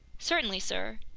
certainly, sir.